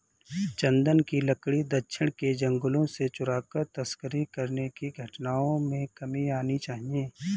चन्दन की लकड़ी दक्षिण के जंगलों से चुराकर तस्करी करने की घटनाओं में कमी आनी चाहिए